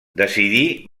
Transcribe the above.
decidí